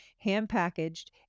hand-packaged